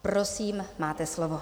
Prosím, máte slovo.